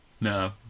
No